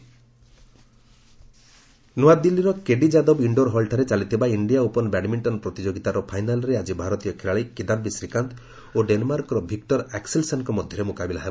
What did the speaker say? badminton ନ୍ତଆଦିଲ୍ଲୀର KD ଯାଦବ indoor ହଲ୍ଠାରେ ଚାଲିଥିବା ଇଣ୍ଡିଆ ଓପନ୍ ବ୍ୟାଡ୍ମିଣ୍ଟନ ପ୍ରତିଯୋଗିତାର ଫାଇନାଲ୍ରେ ଆଜି ଭାରତୀୟ ଖେଳାଳୀ କିଦାମ୍ବୀ ଶ୍ରୀକାନ୍ତ ଓ ଡେନ୍ମାର୍କର ଭିକୁର ଆକ୍ଟେଲ୍ସେନ୍ଙ୍କ ମଧ୍ୟରେ ମୁକାବିଲା ହେବ